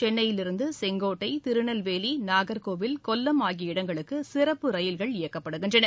சென்னையிலிருந்து செங்கோட்டை திருநெல்வேலி நாகர்கோவில் கொல்லம் ஆகிய இடங்களுக்கு சிறப்பு ரயில்கள் இயக்கப்படுகின்றன